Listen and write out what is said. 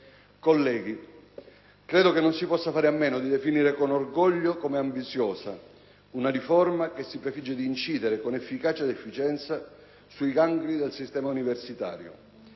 colleghi, credo non si possa fare a meno di definire con orgoglio come ambiziosa una riforma che si prefigge di incidere, con efficacia ed efficienza, sui gangli del sistema universitario,